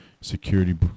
Security